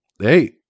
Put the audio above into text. hey